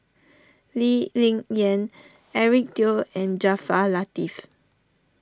Lee Ling Yen Eric Teo and Jaafar Latiff